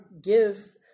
give